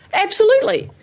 absolutely.